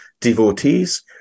devotees